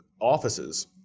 offices